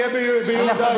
יהיה ביהודה,